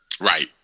Right